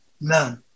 None